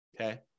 Okay